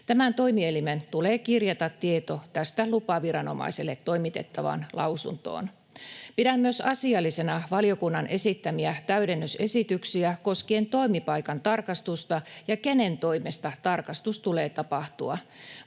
Tämän toimielimen tulee kirjata tieto tästä lupaviranomaiselle toimitettavaan lausuntoon. Pidän myös asiallisena valiokunnan esittämiä täydennysesityksiä koskien toimipaikan tarkastusta ja sitä, kenen toimesta tarkastus tulee tapahtua.